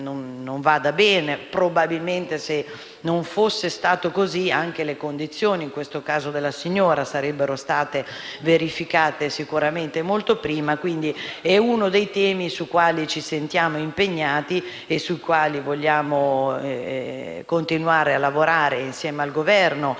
non vada bene. Probabilmente se non fosse stato così, anche le condizioni della signora sarebbero state verificate molto prima. È questo uno dei temi sui quali ci sentiamo impegnati e sui quali vogliamo continuare a lavorare insieme al Governo